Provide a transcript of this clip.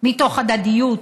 מתוך הדדיות,